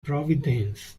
providence